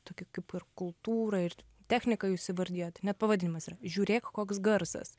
tokią kaip ir kultūrą ir techniką jūs įvardijot net pavadinimas ir žiūrėk koks garsas